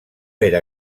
era